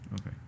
Okay